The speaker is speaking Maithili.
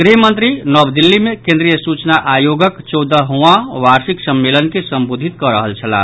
गृह मंत्री नव दिल्ली मे केंद्रीय सूचना आयोगक चौदहवां वार्षिक सम्मेलन के संबोधित कऽ रहल छलाह